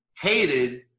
hated